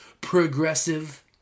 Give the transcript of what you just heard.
progressive